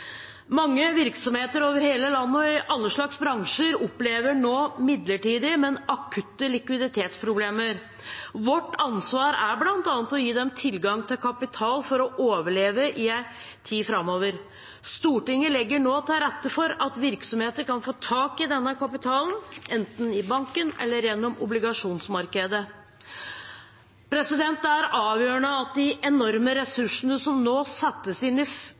Mange virksomheter over hele landet og i alle slags bransjer opplever nå midlertidige, men akutte likviditetsproblemer. Vårt ansvar er bl.a. å gi dem tilgang til kapital for å overleve i en tid framover. Stortinget legger nå til rette for at virksomheter kan få tak i denne kapitalen enten i banken eller gjennom obligasjonsmarkedet. Det er avgjørende at de enorme ressursene som nå